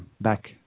back